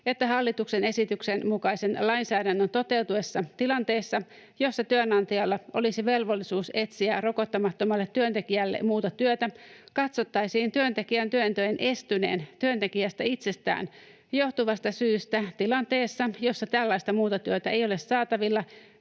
että hallituksen esityksen mukaisen lainsäädännön toteutuessa tilanteessa, jossa työnantajalla olisi velvollisuus etsiä rokottamattomalle työntekijälle muuta työtä, katsottaisiin työntekijän työnteon estyneen työntekijästä itsestään johtuvasta syystä tilanteessa, jossa tällaista muuta työtä ei ole saatavilla,